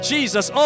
Jesus